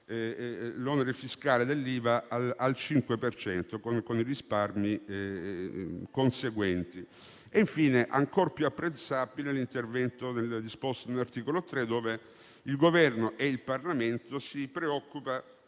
l'onere fiscale dell'IVA al 5 per cento, con i risparmi conseguenti. Ancor più apprezzabile è l'intervento previsto nell'articolo 3, dove il Governo e il Parlamento si preoccupano,